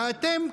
ואתם,